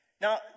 Now